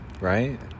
right